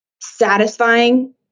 satisfying